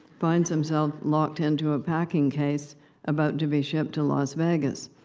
finds himself locked into a packing case about to be shipped to las vegas.